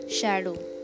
shadow